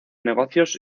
negocios